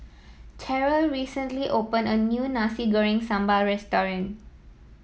Terrell recently opened a new Nasi Goreng Sambal Restaurant